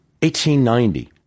1890